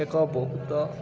ଏକ ବହୁତ